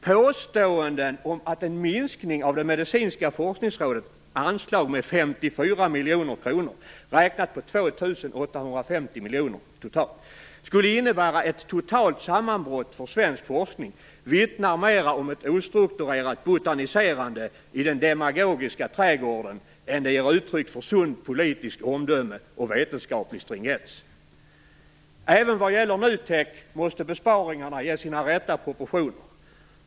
Påståenden om att en minskning av medicinska forskningsrådets anslag med 54 miljoner - räknat på totalt 2 850 miljoner - skulle innebära ett totalt sammanbrott för svensk forskning vittnar mera om ett ostrukturerat botaniserande i den demagogiska trädgården än det ger uttryck för sunt politiskt omdöme och vetenskaplig stringens. Även vad gäller NUTEK måste besparingarna ges sina rätta proportioner.